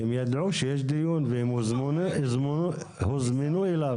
כי הם ידעו שיש דיון והם הוזמנו אליו.